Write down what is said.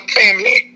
family